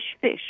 fish